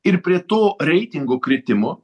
ir prie to reitingų kritimo